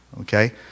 Okay